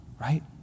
right